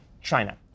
China